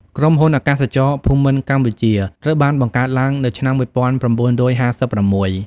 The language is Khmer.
ក្រុមហ៊ុនអាកាសចរភូមិន្ទកម្ពុជា ត្រូវបានបង្កើតឡើងនៅឆ្នាំ ១៩៥៦។